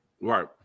Right